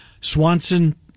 Swanson